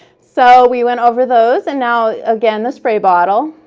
so we went over those, and now, again, the spray bottle.